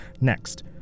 next